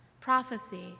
prophecy